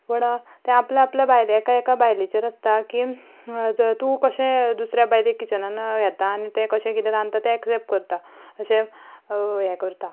पूण तें आपल्या आपल्या एका एका बायलेचेर आसता की जर तूं कशें दुसऱ्या बायलेक किचनान घेता आनी तें कशें कितें रांदता तें एक्सेप्ट करता कशें यें करता